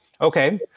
Okay